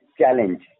challenge